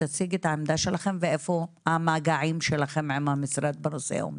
תציגי את העמדה שלכם ואיפה המגעים שלכם עם המשרד בנושא עומדים.